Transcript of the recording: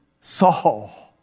Saul